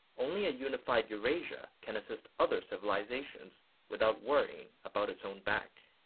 only a unified eurasia can assist other civilizations without worrying about its own back.